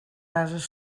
ases